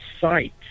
site